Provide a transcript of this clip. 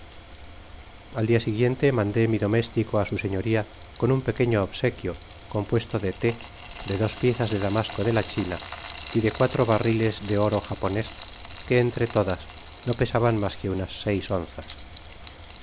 al dia siguiente mandé mi doméstico á su señoria con un pequeño obsequio compuesto de té de dos piezas de damasco de la china y de cuatro barritas de oro japonés que entre todas no pesaban mas que unas seis onzas